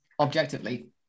objectively